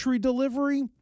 delivery